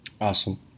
Awesome